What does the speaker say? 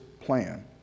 plan